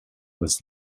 was